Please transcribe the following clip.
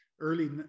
early